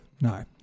No